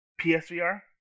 PSVR